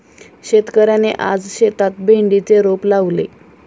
शेतकऱ्याने आज शेतात भेंडीचे रोप लावले